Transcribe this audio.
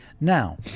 Now